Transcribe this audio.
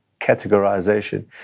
categorization